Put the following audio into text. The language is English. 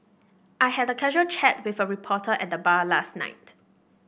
I had a casual chat with a reporter at the bar last night